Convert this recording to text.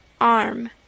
arm